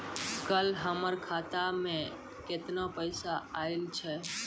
कल हमर खाता मैं केतना पैसा आइल छै?